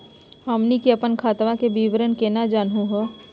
हमनी के अपन खतवा के विवरण केना जानहु हो?